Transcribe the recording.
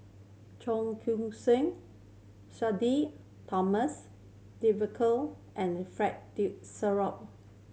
Cheong Koon Seng Sudhir Thomas and Fred De